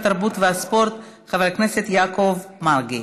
התרבות והספורט חבר הכנסת יעקב מרגי.